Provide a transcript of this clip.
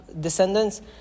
descendants